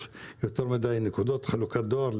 יש יותר מדי נקודות חלוקת דואר,